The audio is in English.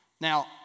Now